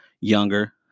younger